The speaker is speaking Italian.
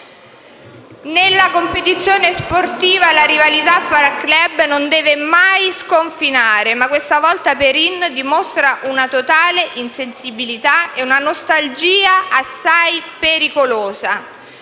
Nella competizione sportiva la rivalità fra *club* non deve mai sconfinare: questa volta Perin dimostra una totale insensibilità e una nostalgia assai pericolosa.